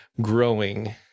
growing